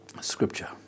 scripture